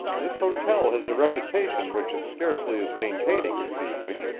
this hotel has a reputation which it scarcely is maintaining this evening.